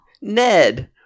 Ned